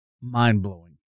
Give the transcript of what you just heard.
Mind-blowing